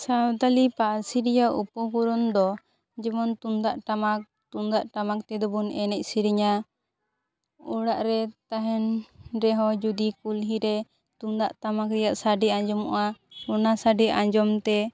ᱥᱟᱱᱛᱟᱲᱤ ᱯᱟᱹᱨᱥᱤ ᱨᱮᱭᱟᱜ ᱩᱯᱚᱠᱚᱨᱚᱱ ᱫᱚ ᱡᱮᱢᱚᱱ ᱛᱩᱢᱫᱟᱜ ᱴᱟᱢᱟᱠ ᱛᱩᱢᱫᱟᱜ ᱴᱟᱢᱟᱠ ᱛᱮᱫᱚ ᱵᱚᱱ ᱮᱱᱮᱡ ᱥᱮᱨᱮᱧᱟ ᱚᱲᱟᱜ ᱨᱮ ᱛᱟᱦᱮᱱ ᱨᱮᱦᱚᱸ ᱡᱩᱫᱤ ᱠᱩᱞᱦᱤ ᱨᱮ ᱛᱩᱢᱫᱟᱜ ᱴᱟᱢᱟᱠ ᱨᱮᱭᱟᱜ ᱥᱟᱰᱮ ᱟᱸᱡᱚᱢᱚᱜᱼᱟ ᱚᱱᱟ ᱥᱟᱰᱮ ᱟᱸᱡᱚᱢ ᱛᱮ